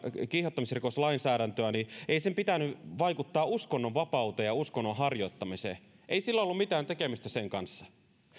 kiihottamisrikoslainsäädäntöä niin ei sen pitänyt vaikuttaa uskonnonvapauteen ja uskonnonharjoittamiseen ei sillä ollut mitään tekemistä sen kanssa